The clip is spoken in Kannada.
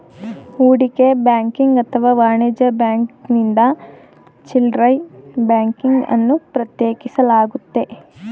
ಹೂಡಿಕೆ ಬ್ಯಾಂಕಿಂಗ್ ಅಥವಾ ವಾಣಿಜ್ಯ ಬ್ಯಾಂಕಿಂಗ್ನಿಂದ ಚಿಲ್ಡ್ರೆ ಬ್ಯಾಂಕಿಂಗ್ ಅನ್ನು ಪ್ರತ್ಯೇಕಿಸಲಾಗುತ್ತೆ